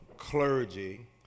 clergy